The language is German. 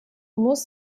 muss